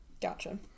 Gotcha